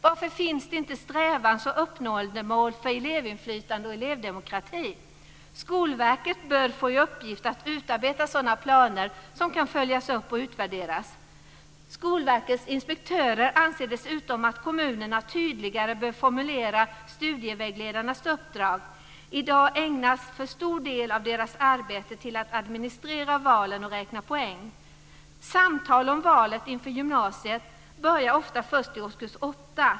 Varför finns det inte strävansoch uppnåendemål för elevinflytande och elevdemokrati? Skolverket bör få i uppgift att utarbeta sådana planer som kan följas upp och utvärderas. Skolverkets inspektörer anser dessutom att kommunerna tydligare bör formulera studievägledarnas uppdrag. I dag ägnas för stor del av deras arbete till att administrera valen och räkna poäng. Samtalen om valet inför gymnasiet börjar ofta först i årskurs åtta.